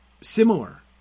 similar